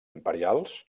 imperials